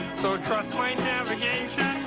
so trust my navigation.